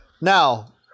now